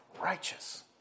righteous